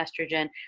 estrogen